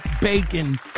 bacon